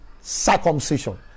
circumcision